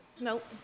Nope